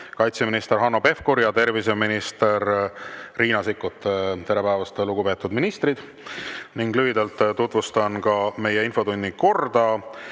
kaitseminister Hanno Pevkur ja terviseminister Riina Sikkut. Tere päevast, lugupeetud ministrid! Ning lühidalt tutvustan ka meie infotunni korda.